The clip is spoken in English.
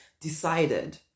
decided